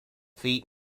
feet